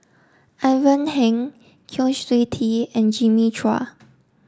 Ivan Heng Kwa Siew Tee and Jimmy Chua